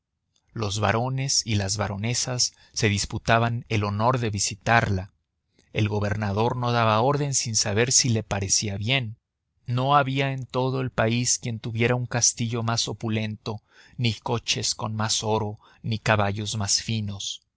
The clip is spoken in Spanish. los barones y las baronesas se disputaban el honor de visitarla el gobernador no daba orden sin saber si le parecía bien no había en todo el país quien tuviera un castillo más opulento ni coches con más oro ni caballos más finos